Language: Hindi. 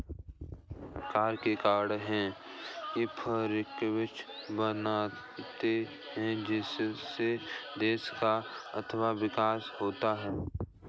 कर के कारण है इंफ्रास्ट्रक्चर बनता है जिससे देश का आर्थिक विकास होता है